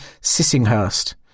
Sissinghurst